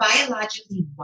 biologically